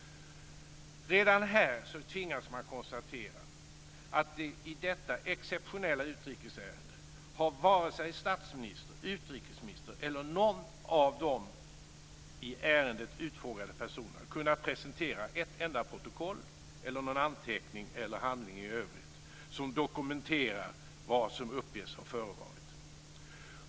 Redan här tvingas man konstatera att i detta exceptionella utrikesärende har varken statsminister, utrikesminister eller någon av de i ärendet utfrågade personerna kunnat presentera ett enda protokoll, någon anteckning eller handling i övrigt som dokumenterar vad som uppges ha förevarit.